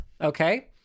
Okay